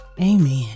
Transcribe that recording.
Amen